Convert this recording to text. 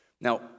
Now